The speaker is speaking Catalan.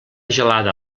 gelada